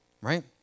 right